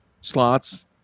slots